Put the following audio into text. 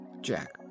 Jack